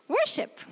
Worship